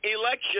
election